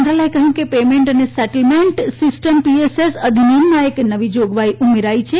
મંત્રાલયે કહ્યું કે પેમેન્ટ અને સેટલમેન્ટ સિસ્ટમ પીએસએસ અધિનિયમમાં એક નવી જોગવાઇ ઉમેરાઇ છે